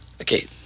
Okay